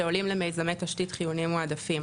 שעולים למיזמי תשתית חיוניים מועדפים.